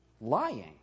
Lying